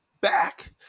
back